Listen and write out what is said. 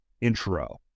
intro